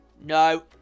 no